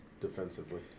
defensively